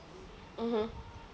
(uh huh)